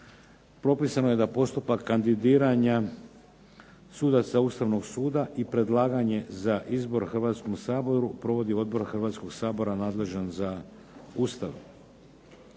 propisano je da postupak kandidiranja sudaca Ustavnog suda i predlaganje za izbor Hrvatskom saboru provodi Odbor Hrvatskoga sabora nadležan za Ustav.